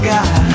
God